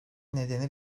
nedeni